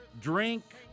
drink